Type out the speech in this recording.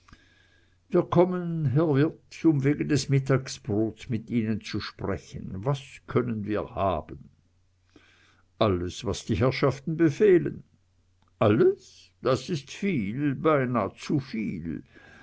wir kommen herr wirt um wegen des mittagsbrots mit ihnen zu sprechen was können wir haben alles was die herrschaften befehlen alles das ist viel beinah zu